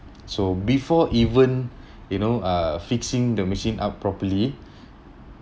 so before even you know uh fixing the machine up properly